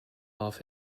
off